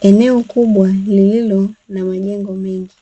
Eneo kubwa lililo na majengo mengi